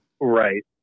Right